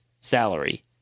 salary